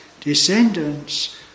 descendants